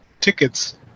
tickets